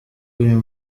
uyu